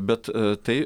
bet tai